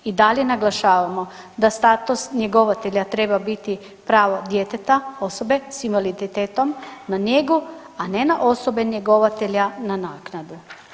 I dalje naglašavamo da status njegovatelja treba biti pravo djeteta, osobe s invaliditetom na njegov, a ne na osobe njegovatelja na naknadu.